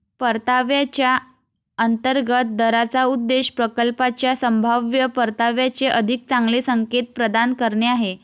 परताव्याच्या अंतर्गत दराचा उद्देश प्रकल्पाच्या संभाव्य परताव्याचे अधिक चांगले संकेत प्रदान करणे आहे